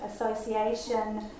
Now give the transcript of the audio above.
association